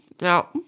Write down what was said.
no